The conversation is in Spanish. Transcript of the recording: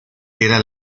era